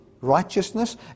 righteousness